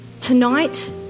Tonight